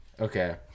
okay